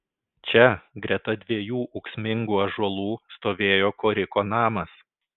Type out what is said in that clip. čia greta dviejų ūksmingų ąžuolų stovėjo koriko namas